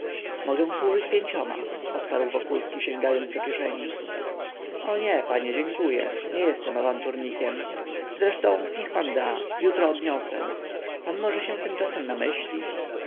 mogę służyć pięcioma odparł wokulski sięgając do kieszeni o nie panie dziękuję nie jestem awanturnikiem zresztą niech pan da jutro odniosę pan może się tymczasem namyśli